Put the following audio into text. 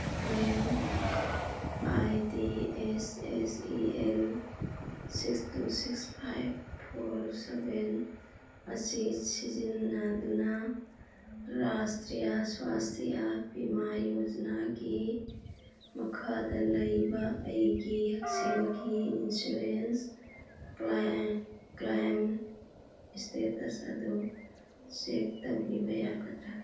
claim I D S S E L six two six five four seven ꯑꯁꯤ ꯁꯤꯖꯤꯟꯅꯗꯨꯅ ꯔꯥꯁꯇ꯭ꯔꯤꯌꯥ ꯁ꯭ꯋꯥꯁꯇꯤꯌꯥ ꯕꯤꯃꯥ ꯌꯣꯖꯅꯥꯒꯤ ꯃꯈꯥꯗ ꯂꯩꯕ ꯑꯩꯒꯤ ꯍꯛꯁꯦꯜꯒꯤ ꯏꯟꯁꯨꯔꯦꯟꯁ ꯀ꯭ꯂꯥꯏꯝ ꯏꯁꯇꯦꯇꯁ ꯑꯗꯨ ꯆꯦꯛ ꯇꯧꯕꯤꯕ ꯌꯥꯒꯗ꯭ꯔ